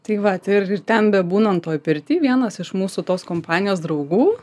tai vat ir ir ten bebūnant toj pirty vienas iš mūsų tos kompanijos draugų